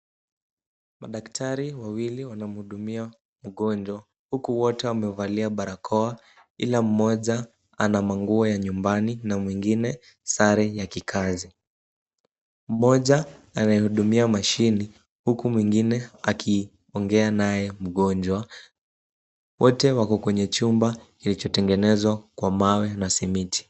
Madaktari wawili wanamhudumia mgonjwa, huku wote wamevalia barakoa ila mmoja ana manguo ya nyumbani na mwingine sare ya kikazi. Mmoja anaihudumia mashini huku mwingine akiongea naye mgonjwa. Wote wako kwenye chumba kilichotengenezwa kwa mawe na simiti.